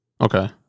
Okay